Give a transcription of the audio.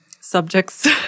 subjects